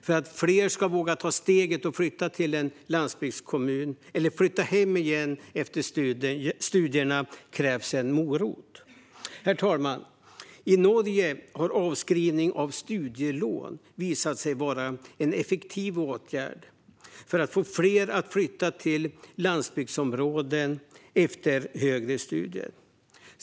För att fler ska våga ta steget och flytta till en landsbygdskommun eller flytta hem igen efter studier behövs en morot. Herr talman! I Norge har avskrivning av studielån visat sig vara en effektiv åtgärd för att få fler att flytta till landsbygdsområden efter högre studier.